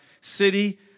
city